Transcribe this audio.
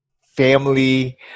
family